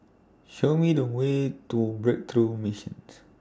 Show Me The Way to Breakthrough Missions